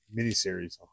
miniseries